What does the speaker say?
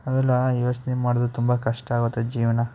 ಅದೆಲ್ಲಾ ಯೋಚನೆ ಮಾಡಿದ್ರೆ ತುಂಬ ಕಷ್ಟಾಗುತ್ತೆ ಜೀವನ